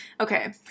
Okay